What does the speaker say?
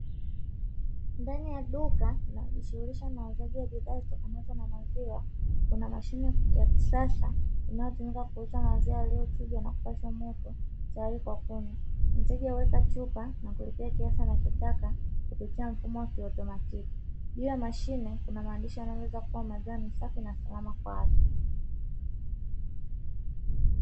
Ndani ya duka linalojishughulisha na uuzaji wa bidhaa zitokanazo na maziwa, kuna mashine ya kisasa inayotumika kuuza maziwa yaliochujwa na kupashwa moto tyar kwa kunywa. Mteja huweka chupa na kulipia kiasi anachotaka kupitia mfumo wa kiautomatiki. Juu ya mashine kuna maandishi yanayoeleza kuwa maziwa ni safi na salama kwa watu.